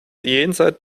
jenseits